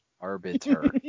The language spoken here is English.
Arbiter